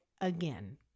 again